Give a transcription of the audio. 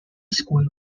school